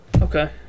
Okay